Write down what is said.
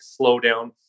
slowdown